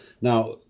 Now